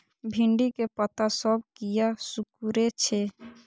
भिंडी के पत्ता सब किया सुकूरे छे?